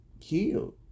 killed